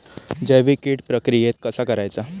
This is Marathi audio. जैविक कीड प्रक्रियेक कसा करायचा?